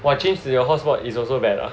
!wah! change to your hotspot is also bad ah